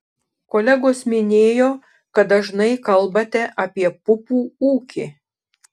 kolegos minėjo kad dažnai kalbate apie pupų ūkį